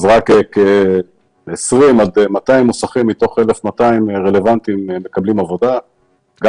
רק כ-20 עד 200 מוסכים מתוך 1,200 רלוונטיים מקבלים עבודה גם